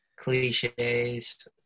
cliches